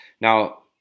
Now